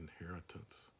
inheritance